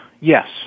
yes